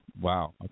Wow